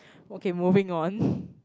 okay moving on